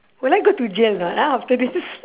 will I go to jail or not ah after this